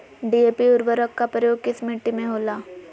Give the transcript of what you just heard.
DAP उर्वरक का प्रयोग किस मिट्टी में होला?